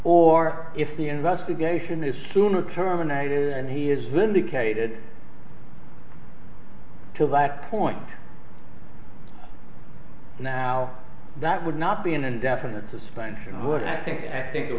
or if the investigation is sooner terminated and he is vindicated to lack point now that would not be an indefinite suspension would i think i think it